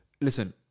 listen